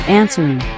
answering